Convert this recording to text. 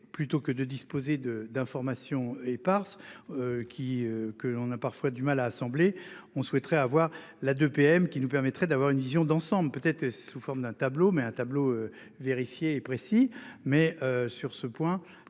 plutôt que de disposer de d'informations éparses. Qui qu'on a parfois du mal à assembler on souhaiterait avoir la de PM qui nous permettrait d'avoir une vision d'ensemble peut-être sous forme d'un tableau mais un tableau vérifier et précis. Mais sur ce point